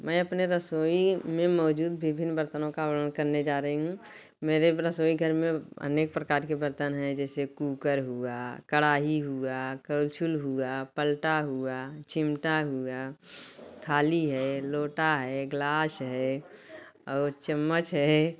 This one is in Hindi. मैं अपने रसोई में मौजूद विभिन्न बर्तनों का वर्णन करने जा रही हूँ मेरे रसोई घर में अनेक प्रकार के बर्तन हैं जैसे कूकर हुआ कड़ाही हुआ कलछुल हुआ पलटा हुआ चिमटा हुआ थाली है लोटा है ग्लास है और चम्मच है